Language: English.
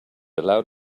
allowed